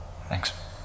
Thanks